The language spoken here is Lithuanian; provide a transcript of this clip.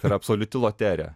tai yra absoliuti loterija